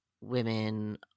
women